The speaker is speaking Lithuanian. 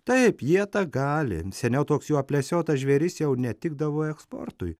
taip jie tą gali seniau toks jų aplesiotas žvėris jau netikdavo eksportui